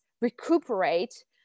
recuperate